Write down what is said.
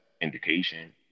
indication